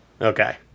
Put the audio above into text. okay